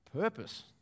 purpose